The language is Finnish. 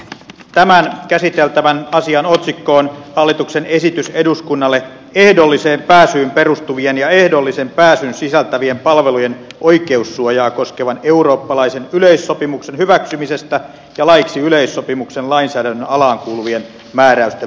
tämän käsiteltävän asian otsikko on hallituksen esitys eduskunnalle ehdolliseen pääsyyn perustuvien ja ehdollisen pääsyn sisältävien palvelujen oikeussuojaa koskevan eurooppalaisen yleissopimuksen hyväksymisestä ja laiksi yleissopimuksen lainsäädännön alaan kuuluvien määräysten voimaansaattamisesta